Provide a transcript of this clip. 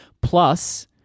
Plus